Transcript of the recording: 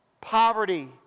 Poverty